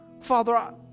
Father